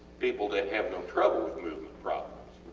people that have no trouble with movement problems,